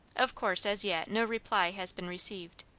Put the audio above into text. of course, as yet, no reply has been received.